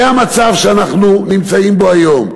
זה המצב שאנחנו נמצאים בו היום,